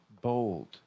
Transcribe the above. bold